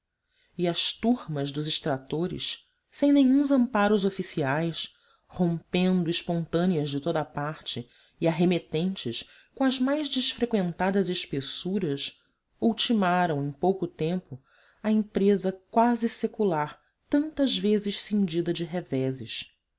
e as turmas dos extratores sem nenhuns amparos oficiais rompendo espontâneas de toda a parte e arremetentes com as mais desfreqüentadas espessuras ultimaram em pouco tempo a empresa quase secular tantas vezes cindida de reveses